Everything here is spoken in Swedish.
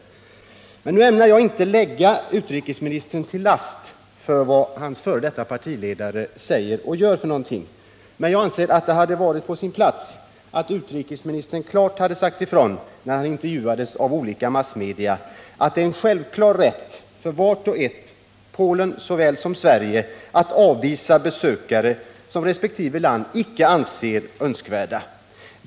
Nu ämnar jag naturligtvis inte lägga utrikesministern till last vad hans f. d. partiledare säger och gör, men jag anser att det hade varit på sin plats att utrikesministern klart hade sagt ifrån, när han intervjuades av olika massmedia, att det är en självklar rätt för vart och ett av länderna — för Polen såväl som för Sverige — att avvisa besökare som resp. land icke anser önskvärda.